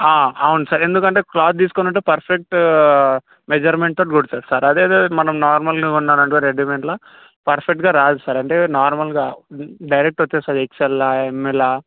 అవును సార్ ఎందుకంటే క్లాత్ తీసుకునుంటే పర్ఫెక్ట్ మెజర్మెంట్తోని కుడతారు సార్ అదే మనం నార్మల్వి కొన్నాం అంటే రెడీమేడ్ల పర్ఫెక్ట్గా రాదు సార్ అంటే నార్మల్గా డైరెక్ట్ వచ్చేస్తుంది ఎక్స్ఎల్లా ఎమ్ఎల్లా